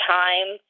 time